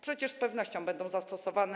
Przecież z pewnością będą zastosowane.